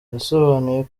yasobanuye